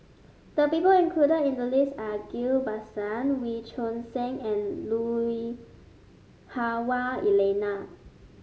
the people included in the list are Ghillie Basan Wee Choon Seng and Lui Hah Wah Elena